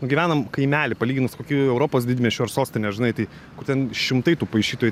nu gyvenam kaimely palyginus su kokiu europos didmiesčiu ar sostine žinai tai kur ten šimtai tų paišytojų